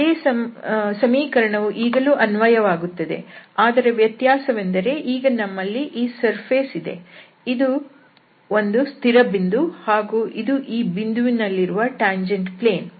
ಅದೇ ಸಮೀಕರಣವು ಈಗಲೂ ಅನ್ವಯವಾಗುತ್ತದೆ ಆದರೆ ವ್ಯತ್ಯಾಸವೆಂದರೆ ಈಗ ನಮ್ಮಲ್ಲಿ ಈ ಮೇಲ್ಮೈ ಇದೆ ಇದು ಒಂದು ಸ್ಥಿರ ಬಿಂದು ಹಾಗೂ ಇದು ಈ ಬಿಂದುವಿನಲ್ಲಿರುವ ಟ್ಯಾಂಜೆಂಟ್ ಪ್ಲೇನ್